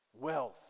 Wealth